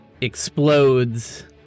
explodes